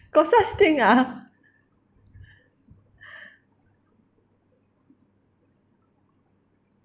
got such thing ah